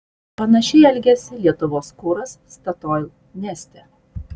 panašiai elgėsi lietuvos kuras statoil neste